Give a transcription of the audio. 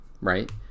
right